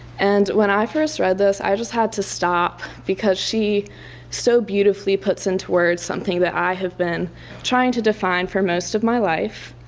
and when i first read this, i just had to stop, because she so beautifully puts into words something that i have been trying to define for most of my life.